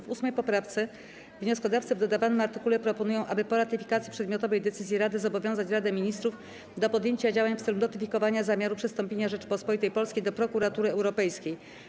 W 8. poprawce wnioskodawcy w dodawanym artykule proponują, aby po ratyfikacji przedmiotowej decyzji Rady zobowiązać Radę Ministrów do podjęcia działań w celu notyfikowania zamiaru przystąpienia Rzeczypospolitej Polskiej do Prokuratury Europejskiej.